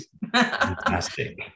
fantastic